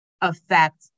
affect